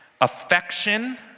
Affection